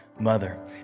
mother